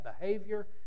behavior